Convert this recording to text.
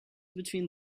between